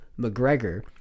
McGregor